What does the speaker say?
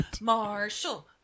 Marshall